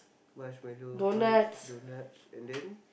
marshmallow fruits donuts and then